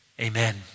amen